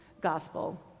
gospel